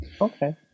okay